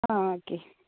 ആ ഓക്കെ